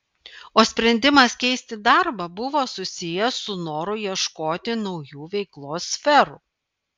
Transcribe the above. o sprendimas keisti darbą buvo susijęs su noru ieškoti naujų veiklos sferų